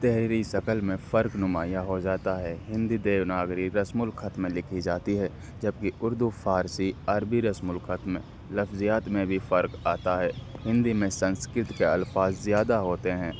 دہری شکل میں فرق نمایاں ہو جاتا ہے ہندی دیوناگری رسم الخط میں لکھی جاتی ہے جبکہ اردو فارسی عربی رسم الخط میں لفظیات میں بھی فرق آتا ہے ہندی میں سنسکرت کے الفاظ زیادہ ہوتے ہیں